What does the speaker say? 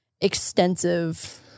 extensive